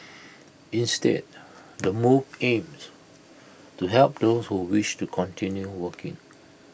instead the move aims to help those who wish to continue working